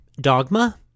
Dogma